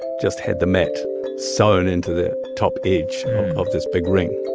just had the mat sewn into the top edge of this big ring.